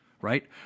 right